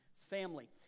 family